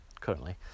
currently